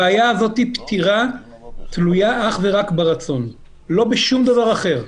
הבעיה הזאת פתירה והיא תלויה אך ורק ברצון ולא בשום דבר אחר.